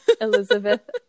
Elizabeth